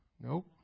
Nope